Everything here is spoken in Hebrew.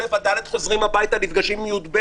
הם חוזרים הביתה נפגשים עם י"ב.